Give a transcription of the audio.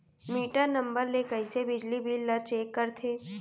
Metre number ले कइसे बिजली बिल ल चेक करथे?